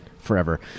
forever